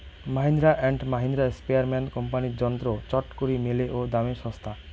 Mahindra and Mahindra, স্প্রেয়ারম্যান কোম্পানির যন্ত্র চটকরি মেলে ও দামে ছস্তা